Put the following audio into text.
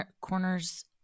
corners